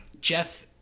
Jeff